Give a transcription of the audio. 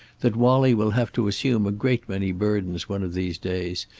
that wallie will have to assume a great many burdens one of these days,